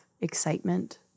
excitement